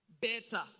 better